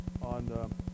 on